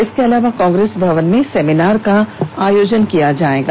इसके अलावा कांग्रेस भवन में सेमिनार का आयोजन होगा